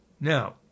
Now